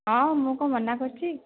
ହଁ ମୁଁ କ'ଣ ମନା କରୁଛି